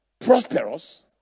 prosperous